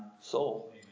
soul